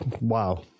wow